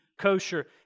kosher